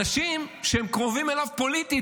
אנשים שהם קרובים אליו פוליטית,